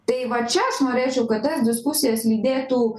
tai va čia aš norėčiau kad tas diskusijas lydėtų